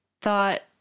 thought